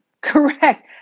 Correct